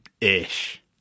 ish